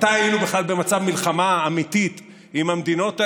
מתי היינו בכלל במצב מלחמה אמיתית עם המדינות האלה?